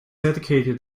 educated